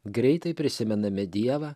greitai prisimename dievą